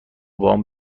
بابام